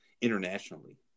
internationally